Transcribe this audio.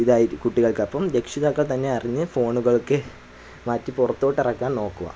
ഇതായിട്ട് കുട്ടികൾക്ക് അപ്പം രക്ഷിതാക്കൾത്തന്നെ അറിഞ്ഞ് ഫോണുകളൊക്കെ മാറ്റി പുറത്തോട്ടിറക്കാൻ നോക്കുക